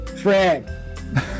Fred